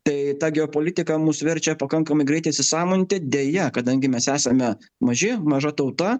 tai ta geopolitika mus verčia pakankamai greit įsisąmoninti deja kadangi mes esame maži maža tauta